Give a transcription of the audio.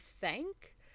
thank